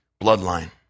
bloodline